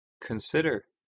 Consider